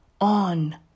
on